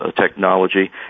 technology